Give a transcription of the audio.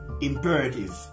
imperative